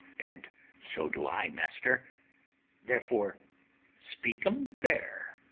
and so do i, master therefore speak em fair.